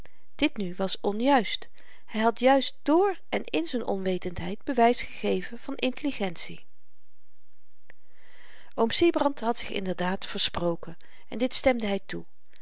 dit nu was onjuist hy had juist dr en in z'n onwetendheid bewys gegeven van intelligentie oom sybrand had zich inderdaad versproken en dit stemde hy toe